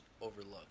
overlooked